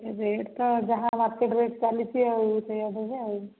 ଏବେ ଏଇ ତ ଯାହା ମାର୍କେଟ୍ ରେଟ୍ ଚାଲିଛି ଆଉ ସେଇଆ ଦେବେ ଆଉ